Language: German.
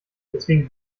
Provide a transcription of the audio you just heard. deswegen